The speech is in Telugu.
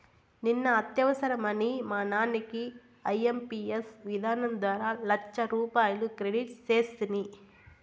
నిన్న అత్యవసరమని మా నాన్నకి ఐఎంపియస్ విధానం ద్వారా లచ్చరూపాయలు క్రెడిట్ సేస్తిని